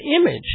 image